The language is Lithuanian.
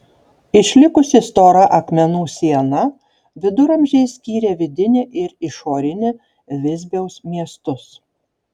išlikusi stora akmenų siena viduramžiais skyrė vidinį ir išorinį visbiaus miestus